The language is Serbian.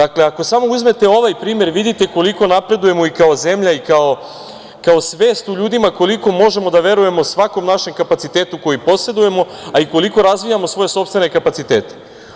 Ako samo uzmete ovaj primer vidite koliko napredujemo i kao zemlja i kao svest u ljudima koliko možemo da verujemo svakom našem kapacitetu koji posedujemo, a i koliko razvijamo svoje sopstvene kapacitete.